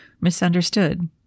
misunderstood